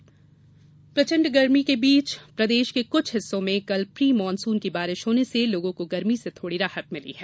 मौसम गर्मी प्रचंड गर्मी के बीच प्रदेष के कुछ हिस्सों में कल प्री मानसून की बारिष होने से लोगों को गर्मी से थोड़ी राहत मिली है